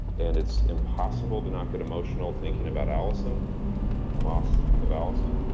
and it's impossible to not get emotional thinking about allison and the loss of allison.